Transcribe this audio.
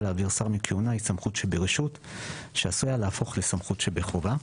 להעביר שר מכהונה היא סמכות שברשות שעשויה להפוך לסמכות שבחובה.